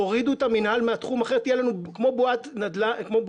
תורידו את המינהל מהתחום כי אחרת יהיה לנו כמו בועת הדיור,